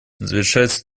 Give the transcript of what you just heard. завершается